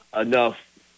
enough